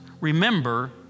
Remember